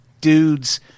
dudes